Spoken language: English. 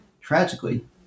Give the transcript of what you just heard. tragically